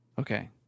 Okay